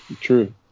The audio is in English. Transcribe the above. true